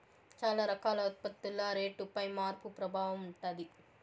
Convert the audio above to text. చాలా రకాల ఉత్పత్తుల రేటుపై మార్పు ప్రభావం ఉంటది